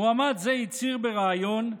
מועמד זה הצהיר בריאיון,